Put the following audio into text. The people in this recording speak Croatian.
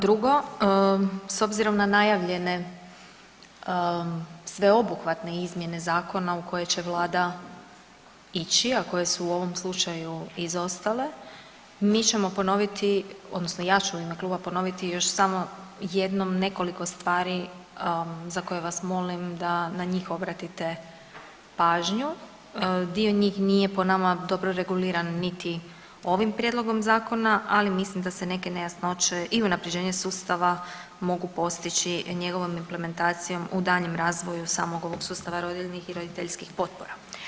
Drugo, s obzirom na najavljene sveobuhvatne izmjene zakona u koje će vlada ići, a koje su u ovom slučaju izostale mi ćemo ponoviti odnosno ja ću u ime kluba ponoviti još samo jednom nekoliko stvari za koje vas molim da na njih obratite pažnju, dio njih nije po nama dobro reguliran niti ovim prijedlogom zakona, ali mislim da se neke nejasnoće i unaprjeđenje sustava mogu postići njegovom implementacijom u daljnjem razvoju samog ovog sustava rodiljnih i roditeljskih potpora.